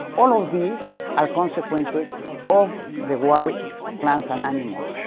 all of these are consequences of the wild plants and animals, ah,